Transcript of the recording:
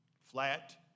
Flat